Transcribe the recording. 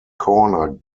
corner